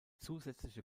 zusätzliche